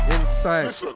Inside